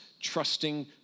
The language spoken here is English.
trusting